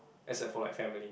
except for like family